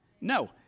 No